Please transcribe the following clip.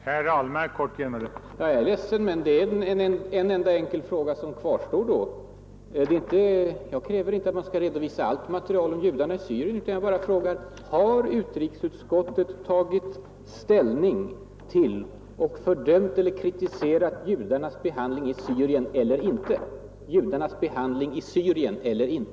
Herr talman! Jag är ledsen, men då återstår en enda enkel fråga. Jag kräver inte att man skall redovisa allt material om judarna i Syrien, utan jag bara frågar: Har utrikesutskottet tagit ställning till eller fördömt eller kritiserat behandlingen av judarna i Syrien — eller har ni inte det?